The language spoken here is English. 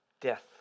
Death